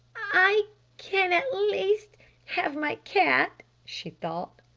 i can at least have my cat, she thought,